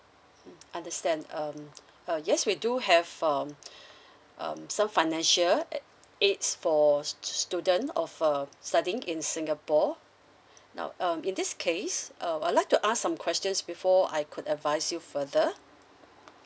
understand um uh yes we do have um um some financial a~ aids for student of uh studying in singapore now um in this case uh I would like to ask some questions before I could advise you further